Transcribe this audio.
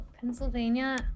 Pennsylvania